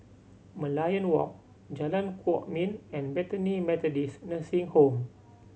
Merlion Walk Jalan Kwok Min and Bethany Methodist Nursing Home